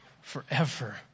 forever